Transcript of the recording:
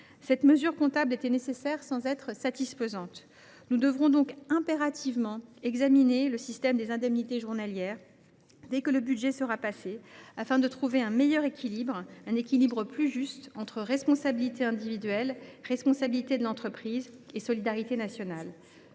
Cette mesure comptable était nécessaire, sans être satisfaisante. Nous devrons impérativement réexaminer le système des IJ dès que le budget sera voté, afin de trouver un meilleur équilibre, plus juste, entre responsabilité individuelle, responsabilité de l’entreprise et solidarité nationale.